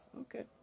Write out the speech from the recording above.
Okay